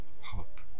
hope